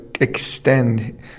extend –